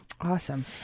Awesome